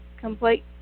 complete